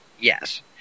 Yes